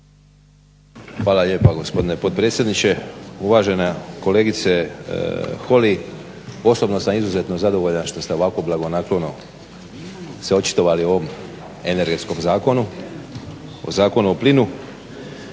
Hvala lijepa gospodine potpredsjedniče. Uvažena kolegice Holy, osobno sam izuzeto zadovoljan što ste ovako blagonaklono se očitovali o ovom energetskom zakonu, o Zakonu o plinu